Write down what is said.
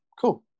cool